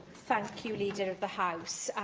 thank you, leader of the house.